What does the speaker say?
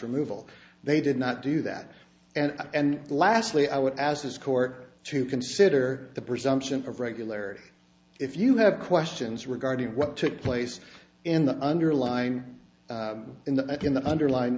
removal they did not do that and and lastly i would as this court to consider the presumption of regularity if you have questions regarding what took place in the underlying in the in the underline